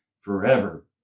forever